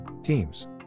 Teams